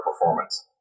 performance